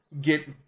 get